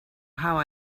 how